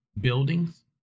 buildings